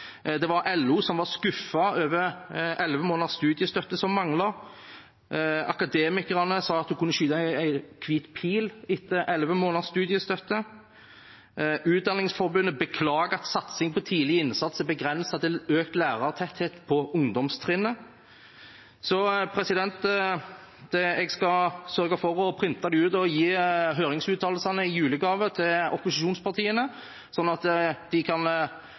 kunne skyte en hvit pinn etter elleve måneders studiestøtte, og Utdanningsforbundet beklaget at satsing på tidlig innsats var begrenset til økt lærertetthet på ungdomstrinnet. Jeg skal sørge for å skrive ut og gi høringsuttalelsene i julegave til opposisjonspartiene, sånn at de kan